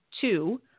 two